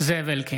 (קורא בשם חבר הכנסת) זאב אלקין,